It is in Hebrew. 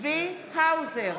צבי האוזר,